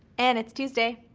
and it's tuesday.